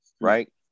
right